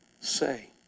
say